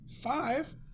five